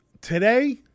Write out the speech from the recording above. Today